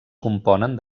componen